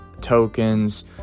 tokens